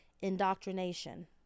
indoctrination